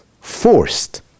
forced